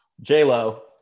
j-lo